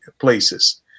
places